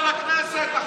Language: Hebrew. לכנסת.